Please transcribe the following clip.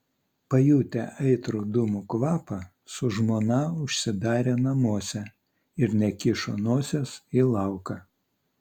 pajutę aitrų dūmų kvapą su žmona užsidarė namuose ir nekišo nosies į lauką